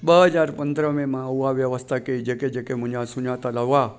ॿ हज़ार पंद्रहां में मां उहा व्यवस्था कई जेके जेके मुंहिंजा सुञातलु हुआ